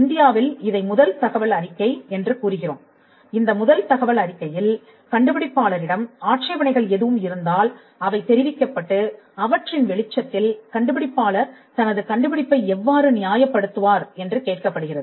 இந்தியாவில் இதை முதல் தகவல் அறிக்கை என்று கூறுகிறோம் இந்த முதல் தகவல் அறிக்கையில் கண்டுபிடிப்பாளரிடம் ஆட்சேபணைகள் எதுவும் இருந்தால் அவை தெரிவிக்கப்பட்டு அவற்றின் வெளிச்சத்தில் கண்டுபிடிப்பாளர் தனது கண்டுபிடிப்பை எவ்வாறு நியாயப்படுத்துவார் என்று கேட்கப்படுகிறது